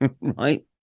right